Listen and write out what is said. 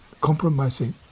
compromising